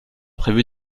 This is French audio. prévu